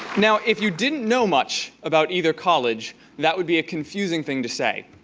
now, if you didn't know much about either college that would be a confusing thing to say,